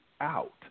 out